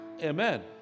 amen